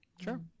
Sure